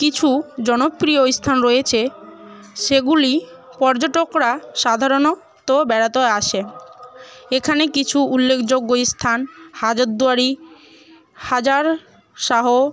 কিছু জনপ্রিয় স্থান রয়েছে সেগুলি পর্যটকরা সাধারণত বেড়াতে আসে এখানে কিছু উল্লেখযোগ্য স্থান হাজারদুয়ারি হাজারশাহ